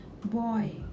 Boy